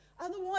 Otherwise